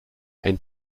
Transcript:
ein